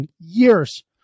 years